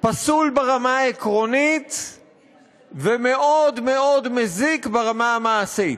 פסול ברמה העקרונית ומזיק מאוד מאוד ברמה המעשית.